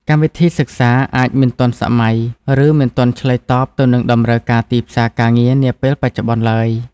កម្មវិធីសិក្សាអាចមិនទាន់សម័យ ឬមិនទាន់ឆ្លើយតបទៅនឹងតម្រូវការទីផ្សារការងារនាពេលបច្ចុប្បន្នឡើយ។